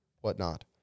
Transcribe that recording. whatnot